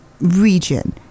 region